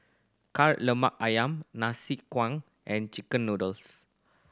Kari Lemak Ayam nasi and chicken noodles